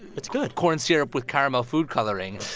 it's good. corn syrup with caramel food coloring.